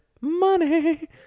money